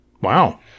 Wow